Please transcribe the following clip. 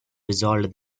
resolved